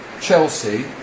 Chelsea